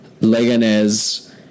Leganes